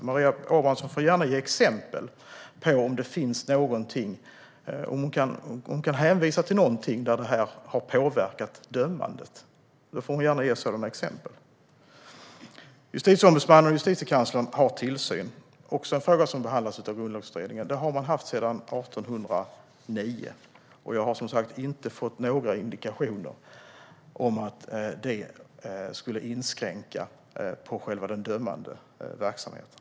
Om Maria Abrahamsson kan hänvisa till fall där det här har påverkat dömandet får hon gärna ge sådana exempel. Justitieombudsmannen och Justitiekanslern har utövat tillsyn sedan 1809. Det är också en fråga som behandlades av Grundlagsutredningen. Jag har som sagt inte fått några indikationer om att det skulle inskränka på den dömande verksamheten.